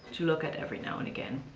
to look at every now and again.